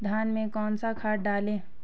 धान में कौन सा खाद डालें?